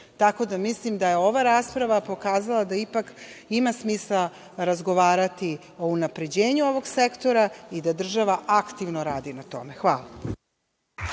da mislim da je ova rasprava pokazala da ipak ima smisla razgovarati o unapređenju ovog sektora i da država aktivno radi na tome. Hvala.